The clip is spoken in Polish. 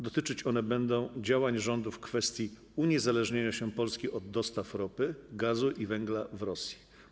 Dotyczyć one będą działań rządu w kwestii uniezależnienia się Polski od dostaw ropy, gazu i węgla z Rosji.